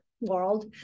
world